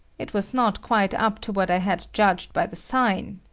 it was not quite up to what i had judged by the sign.